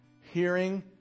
Hearing